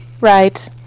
right